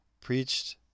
preached